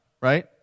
right